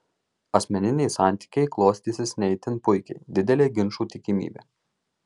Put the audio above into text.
asmeniniai santykiai klostysis ne itin puikiai didelė ginčų tikimybė